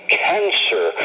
cancer